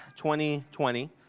2020